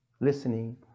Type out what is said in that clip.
listening